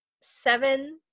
seven